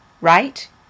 Right